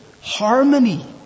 harmony